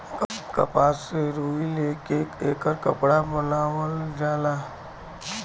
कपास से रुई ले के एकर कपड़ा बनावल जाला